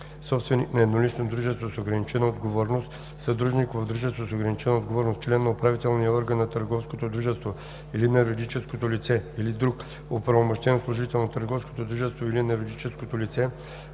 собственик на еднолично дружество с ограничена отговорност, съдружник в дружество с ограничена отговорност, член на управителния орган на търговското дружество или на юридическото лице или друг оправомощен служител на търговското дружество или на юридическото лице